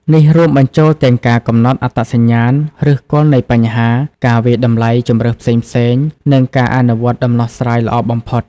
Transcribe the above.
នេះរួមបញ្ចូលទាំងការកំណត់អត្តសញ្ញាណឫសគល់នៃបញ្ហា ការវាយតម្លៃជម្រើសផ្សេងៗ និងការអនុវត្តដំណោះស្រាយល្អបំផុត។